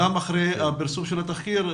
גם אחרי פרסום התחקיר.